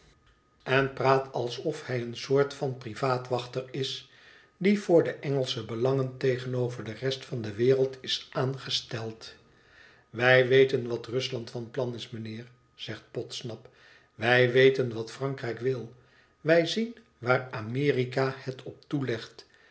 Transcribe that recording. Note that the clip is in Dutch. en praat alsof hij een soort van privaat wachter is die voor de engelsche belangen tegenover de rest van de wereld is aangesteld wij weten wat rusland van plan is mijnheer zegt podsnap wij weten wat frankrijk wil wij zien waar amerika het op toelegt